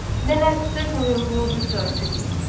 then i certainly will rejoice with you.